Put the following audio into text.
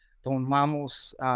tomamos